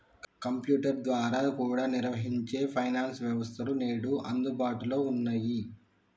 computer ద్వారా కూడా నిర్వహించే ఫైనాన్స్ వ్యవస్థలు నేడు అందుబాటులో ఉన్నయ్యి